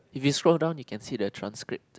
if you scroll down you can see the transcript